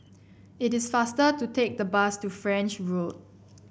it is faster to take the bus to French Road